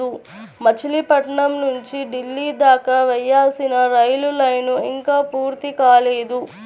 మచిలీపట్నం నుంచి ఢిల్లీ దాకా వేయాల్సిన రైలు లైను ఇంకా పూర్తి కాలేదు